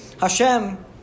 Hashem